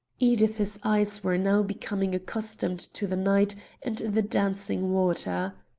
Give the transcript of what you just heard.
edith's eyes were now becoming accustomed to the night and the dancing water.